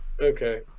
Okay